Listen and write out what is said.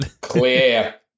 clear